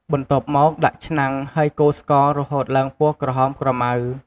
បន្ទាប់មកដាក់ឆ្នាំង ហេីយកូរស្ករ រហូតឡើងពណ៌ក្រហមក្រម៉ៅ។